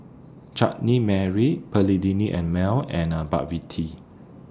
Chutney Mary Perllini and Mel and McVitie